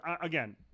again